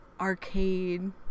arcade